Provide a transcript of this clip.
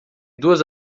duas